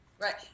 Right